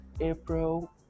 April